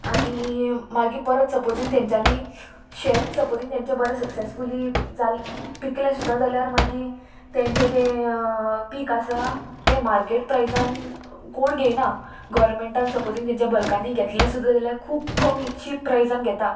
आनी मागीर परत सपोजींग तेंच्यांनी शेत सपोजींग तेंचे बरें सक्सेसफुली जालें पिकलें सुद्दा जाल्यार मागीर तेंचे जें पीक आसा तें मार्केट प्रायजान कोण घेयना गोवोरमेंटान सपोजींग तेंच्या बल्कांनी घेतलें सुद्दां जाल्यार खूब कमी चीप प्रायजान घेता